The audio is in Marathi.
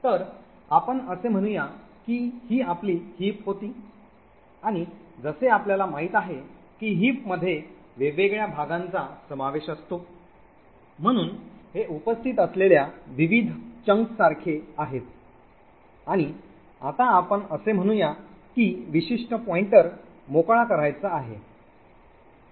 तर आपण असे म्हणूया की ही आपली हिप होती आणि जसे आपल्याला माहित आहे की हिपमध्ये वेगवेगळ्या भागांचा समावेश असतो म्हणून हे उपस्थित असलेल्या विविध भागांसारखे आहेत आणि आता आपण असे म्हणूया की विशिष्ट पॉईंटर मोकळा करायचा आहे